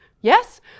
yes